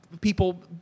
people